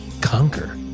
Conquer